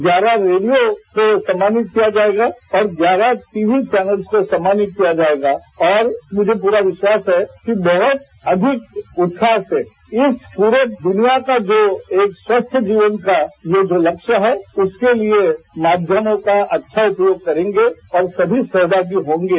ग्यारह रेडियों को सम्मानित किया जायेगा और ग्यारह टीवी चौनल्स को सम्मानित किया जायेगा और मुझे पूरा विश्वास है कि बहुत अधिक उत्साह से इस पूरी दुनिया को जो एक स्वस्थ जीवन का ये जो लक्ष्य है उसके लिए माध्यमों का अच्छा उपयोग करेंगे और सभी सहभागी होंगे